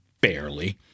barely